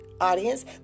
audience